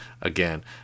again